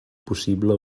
possible